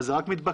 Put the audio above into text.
אבל זה רק מתבקש,